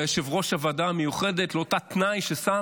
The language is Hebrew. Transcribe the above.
היה יושב-ראש הוועדה המיוחדת לאותו תנאי ששם